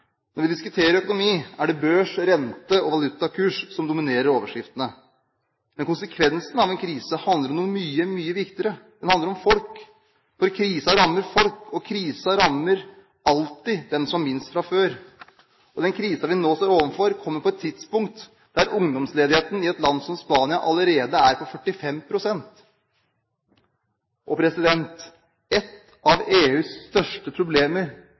Når vi diskuterer økonomi, er det børs, renter og valutakurser som dominerer overskriftene. Men konsekvensen av en krise handler om noe mye viktigere. Den handler om folk, for krisen rammer folk, og krisen rammer alltid den som har minst fra før. Den krisen vi nå står overfor, kommer på et tidspunkt da ungdomsledigheten i et land som Spania allerede er på 45 pst. Et av EUs største problemer